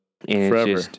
Forever